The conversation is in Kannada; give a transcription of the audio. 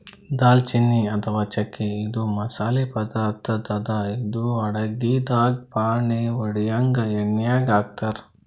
ದಾಲ್ಚಿನ್ನಿ ಅಥವಾ ಚಕ್ಕಿ ಇದು ಮಸಾಲಿ ಪದಾರ್ಥ್ ಅದಾ ಇದು ಅಡಗಿದಾಗ್ ಫಾಣೆ ಹೊಡ್ಯಾಗ್ ಎಣ್ಯಾಗ್ ಹಾಕ್ತಾರ್